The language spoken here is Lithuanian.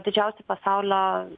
didžiausi pasaulio